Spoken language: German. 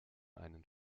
einen